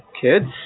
kids